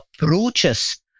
approaches